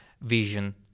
vision